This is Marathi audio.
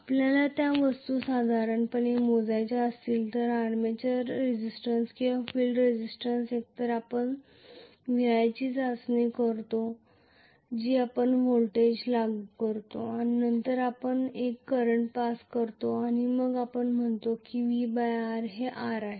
आपल्याला त्या वस्तू साधारणपणे मोजायच्या असतील तर आर्मॅचर रेझिस्टन्स किंवा फील्ड रेझिस्टन्स एकतर आपण VI चाचणी करतो जी आपण व्होल्टेज लागू करतो आणि नंतर आपण एक करंट पास करतो आणि मग आपण म्हणतो की VI आहे R